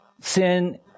sin